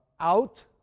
out